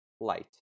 Light